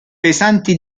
pesanti